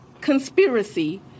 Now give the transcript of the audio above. conspiracy